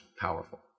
powerful